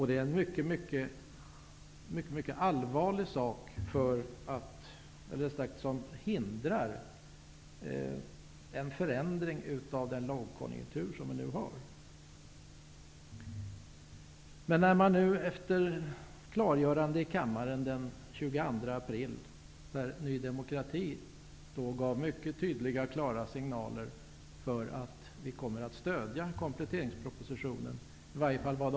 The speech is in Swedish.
Det är en mycket allvarlig sak som hindrar en förändring i den rådande lågkonjunkturen. Den 22 april gav vi i Ny demokrati mycket klara signaler i kammaren att vi skall stödja kompletteringspropositionen.